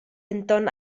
denton